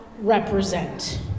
represent